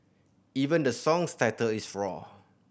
even the song's title is roar